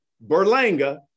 Berlanga